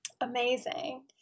amazing